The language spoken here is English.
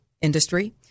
industry